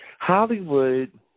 Hollywood